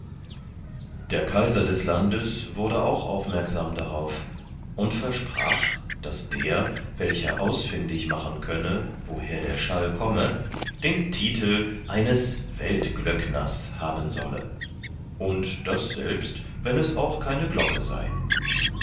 der kaiser des landes wurde auch aufmerksam darauf und versprach daß der welcher ausfindig machen könne woher der schall komme den titel eines weltglöckners haben solle und das selbst wenn es auch keine glocke sei